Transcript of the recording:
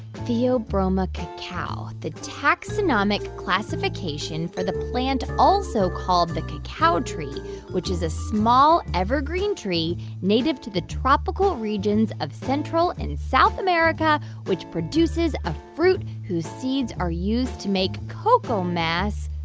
theobroma cacao the taxonomic classification for the plant also called the cacao tree which is a small evergreen tree native to the tropical regions of central and south america which produces a fruit whose seeds are used to make cocoa mass,